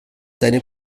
deine